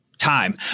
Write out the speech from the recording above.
time